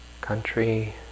country